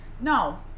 No